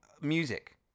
music